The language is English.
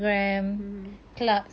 mmhmm